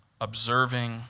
observing